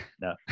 No